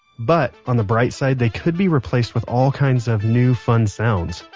but, on the bright side, they could be replaced with all kinds of new fun sounds.